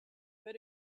but